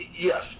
Yes